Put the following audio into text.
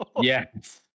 Yes